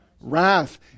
Wrath